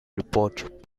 report